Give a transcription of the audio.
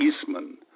Eastman